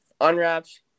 Unwrapped